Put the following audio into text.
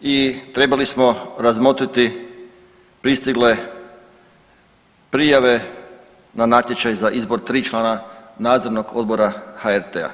i trebali smo razmotriti pristigle prijave na natječaj za izbor tri člana Nadzornog odbora HRT-a.